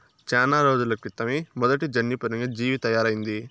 చానా రోజుల క్రితమే మొదటి జన్యుపరంగా జీవి తయారయింది